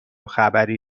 خبری